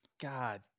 God